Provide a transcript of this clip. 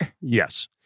Yes